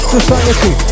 Society